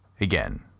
Again